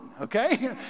okay